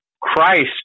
Christ